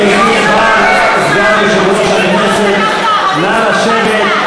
חברי הכנסת, סגן יושב-ראש הכנסת, נא לשבת.